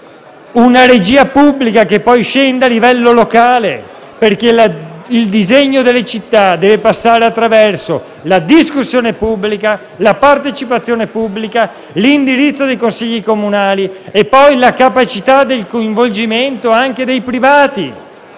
La regia pubblica deve poi scendere a livello locale, perché il disegno delle città deve passare attraverso la discussione e la partecipazione pubblica, l'indirizzo dei Consigli comunali e - poi - la capacità di coinvolgimento dei privati.